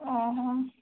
ହଁ